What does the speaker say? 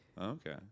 Okay